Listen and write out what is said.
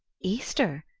easter?